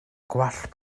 gwallt